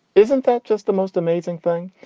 isn't that just the most amazing thing?